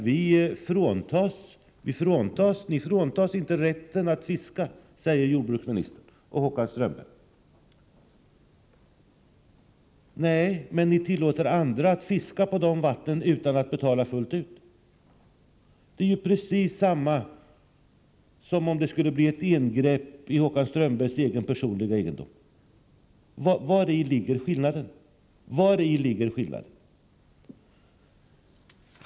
Vi fråntas inte rätten att fiska enligt vad jordbruksministern och Håkan Strömberg säger. Nej, men ni tillåter andra att fiska på våra vatten utan att de betalar fullt ut. Det är ju precis samma sak som om det skulle bli ett ingrepp i Håkan Strömbergs egna personliga egendom. Vari ligger skillnaden?